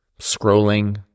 scrolling